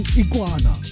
iguana